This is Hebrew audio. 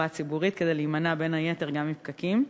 הציבורית כדי להימנע בין היתר גם מפקקים.